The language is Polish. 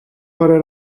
parę